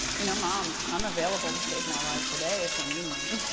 you know, mom, i'm available to save more lives today if they need me